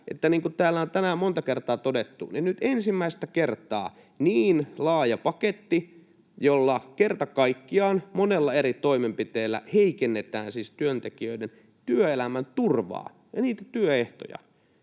kuin täällä on tänään monta kertaa todettu, että nyt ensimmäistä kertaa ajatellaan, että täällä vietäisiin niin laaja paketti, jolla kerta kaikkiaan monella eri toimenpiteellä heikennetään siis työntekijöiden työelämän turvaa ja niitä työehtoja,